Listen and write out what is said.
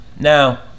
Now